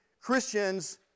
Christians